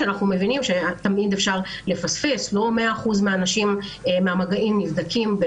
אנחנו מבינים שתמיד אפשר לפספס ולא מאה אחוזים מהמגעים נבדקים.